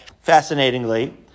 fascinatingly